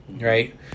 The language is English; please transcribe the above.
right